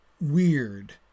weird